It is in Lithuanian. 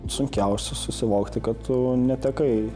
sunkiausia susivokti kad tu netekai